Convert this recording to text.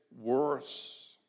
worse